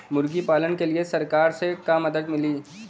मुर्गी पालन के लीए सरकार से का मदद मिली?